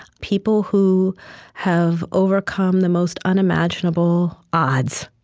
people who have overcome the most unimaginable odds,